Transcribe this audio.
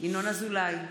ינון אזולאי,